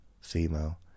female